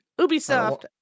Ubisoft